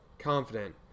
confident